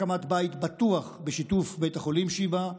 הקמת בית בטוח בשיתוף בית החולים שיבא,